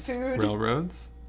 Railroads